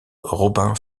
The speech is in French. robin